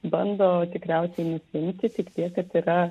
bando tikriausiai nusiimti tik tiek kad yra